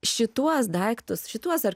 šituos daiktus šituos ar